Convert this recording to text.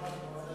גם לא נוח,